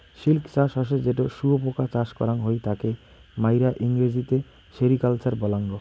silk চাষ হসে যেটো শুয়োপোকা চাষ করাং হই তাকে মাইরা ইংরেজিতে সেরিকালচার বলাঙ্গ